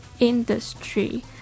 industry